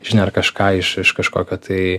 žinią ar kažką iš iš kažkokio tai